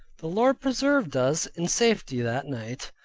the lord preserved us in safety that night,